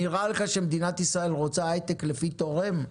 אבל נראה לך שמדינת ישראל רוצה הייטק לפי תורמים?